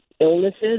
illnesses